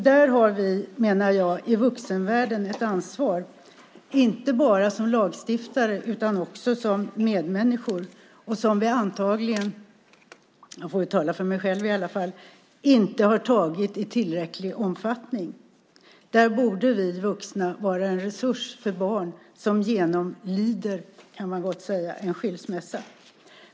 Där, menar jag, har vi i vuxenvärlden ett ansvar inte bara som lagstiftare utan också som medmänniskor, ett ansvar som vi antagligen - jag får väl tala för mig i alla fall - inte har tagit i tillräcklig omfattning. Där borde vi vuxna vara en resurs för barn som, kan man gott säga, genomlider en skilsmässa.